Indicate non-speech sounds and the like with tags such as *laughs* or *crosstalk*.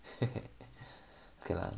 *laughs* okay lah